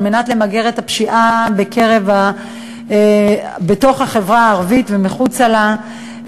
על מנת למגר את הפשיעה בתוך החברה הערבית ומחוצה לה,